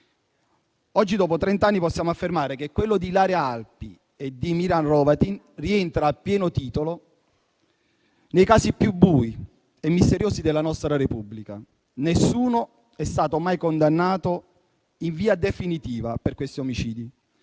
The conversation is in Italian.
Oggi, dopo trent'anni, possiamo affermare che l'omicidio di Ilaria Alpi e di Miran Hrovatin rientra a pieno titolo nei casi più bui e misteriosi della nostra Repubblica. Nessuno è stato mai condannato in via definitiva per questi omicidi.